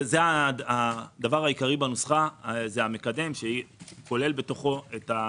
זה הדבר העיקרי בנוסחה, המקדם שכולל בתוכו גם